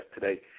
today